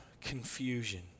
confusion